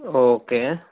okay